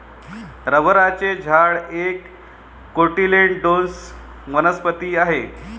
रबराचे झाड एक कोटिलेडोनस वनस्पती आहे